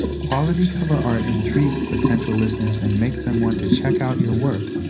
quality cover art intrigues potential listeners and makes them want to check out your work.